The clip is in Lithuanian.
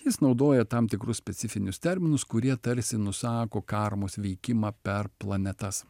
jis naudoja tam tikrus specifinius terminus kurie tarsi nusako karmos veikimą per planetas